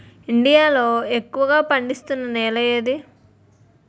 India లో ఎక్కువ పండిస్తున్నా నేల ఏది?